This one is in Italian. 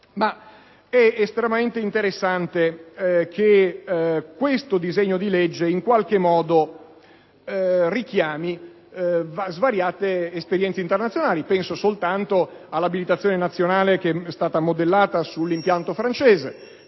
Ma è estremamente interessante che questo disegno di legge in qualche modo richiami svariate esperienze internazionali. Penso soltanto all'abitazione nazionale modellata sull'impianto francese